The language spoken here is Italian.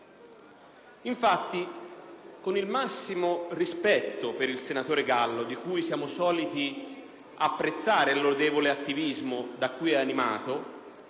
Infatti, con il massimo rispetto per il senatore Gallo, di cui siamo soliti apprezzare il lodevole attivismo da cui è animato,